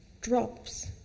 drops